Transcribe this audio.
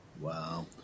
Wow